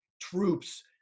troops